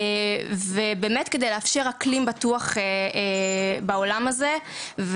באמת כדי לאפשר אקלים בטוח בעולם הזה.